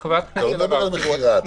אתה לא מדבר על מכירה, אתה מדבר להביא.